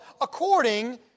according